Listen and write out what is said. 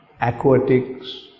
aquatics